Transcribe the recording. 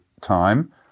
time